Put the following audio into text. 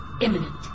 imminent